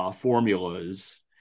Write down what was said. formulas